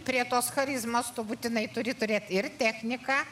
prie tos charizmos tu būtinai turi turėti ir techniką